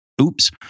Oops